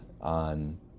on